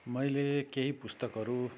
मैले केही पुस्तकहरू